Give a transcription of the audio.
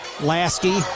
Lasky